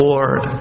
Lord